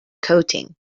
coating